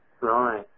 right